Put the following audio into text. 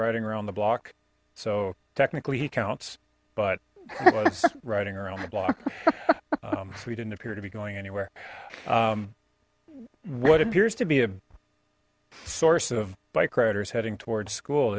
riding around the block so technically he counts but riding around the block so we didn't appear to be going anywhere what appears to be a source of bike riders heading towards school